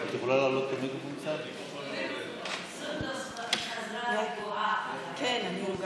לכן לא אוותר, תודה